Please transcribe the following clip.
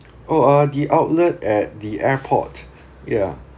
or uh the outlet at the airport ya